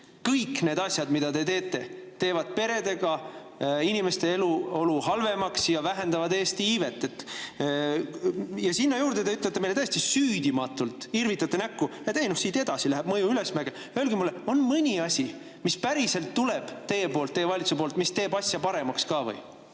Kõik need asjad, mida te teete, teevad peredega inimeste eluolu halvemaks ja vähendavad Eesti iivet. Ja sinna juurde te ütlete meile täiesti süüdimatult, irvitate näkku, et ei noh, siit edasi läheb mõju ülesmäge. Öelge mulle, kas on mõni asi, mis päriselt tuleb teie poolt, teie valitsuse poolt, mis teeb asja paremaks ka või.